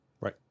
Right